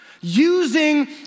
using